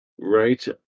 Right